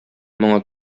моңа